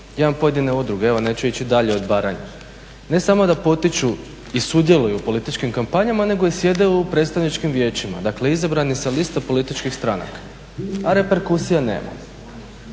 imam pojedine udruge evo neću ići dalje od Baranje, ne samo da potiču i sudjeluju u političkim kampanja nego i sjede u predstavničkim vijećima, dakle izabrani sa liste političkih stranaka, a reperkusije nema.